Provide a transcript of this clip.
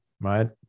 right